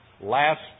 Last